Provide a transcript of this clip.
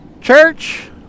Church